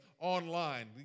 online